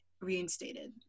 reinstated